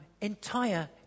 entire